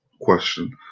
question